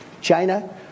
China